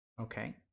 Okay